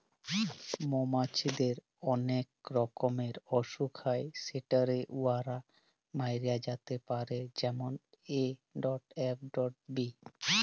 মমাছিদের অলেক রকমের অসুখ হ্যয় যেটতে উয়ারা ম্যইরে যাতে পারে যেমল এ.এফ.বি